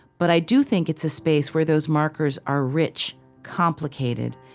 but i do think it's a space where those markers are rich, complicated,